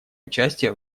участие